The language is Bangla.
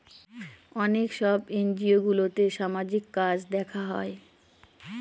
অনেক সব এনজিওগুলোতে সামাজিক কাজ দেখা হয়